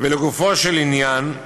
ולגופו של עניין: